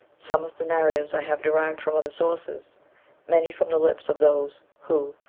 some of the narratives i have derived from other sources many from the lips of those who,